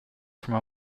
from